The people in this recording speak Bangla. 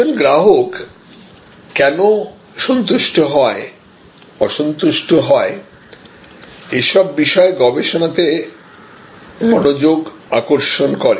একজন গ্রাহক কেন সন্তুষ্ট হয় অসন্তুষ্ট হয় এসব বিষয় গবেষণাতে মনোযোগ আকর্ষণ করে